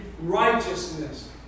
righteousness